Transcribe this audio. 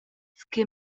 che